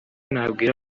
nabwira